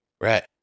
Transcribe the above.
Right